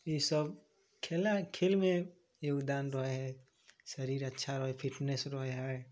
ईसब खेला खेलमे योगदान रहै हइ शरीर अच्छा रहै फिटनेस रहै हइ